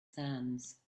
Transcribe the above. sands